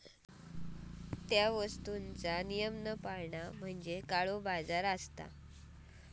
त्या वस्तुंनी नियम न पाळणा म्हणजे काळोबाजार असा